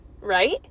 right